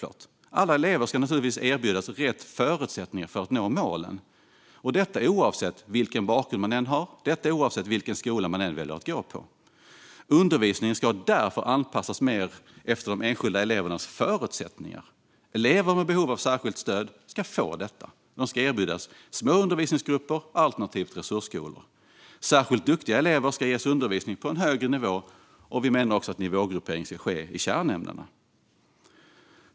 Alla elever ska erbjudas rätt förutsättningar för att nå målen, oavsett vilken bakgrund man har och oavsett vilken skola man väljer att gå på. Undervisningen ska därför anpassas mer efter de enskilda elevernas förutsättningar. Elever med behov av särskilt stöd ska få det. De ska erbjudas små undervisningsgrupper alternativt resursskolor. Särskilt duktiga elever ska ges undervisning på högre nivå. Vi menar också att nivågruppering ska ske i kärnämnena.